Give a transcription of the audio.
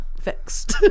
fixed